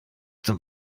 zum